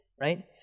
right